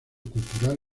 cultural